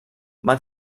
van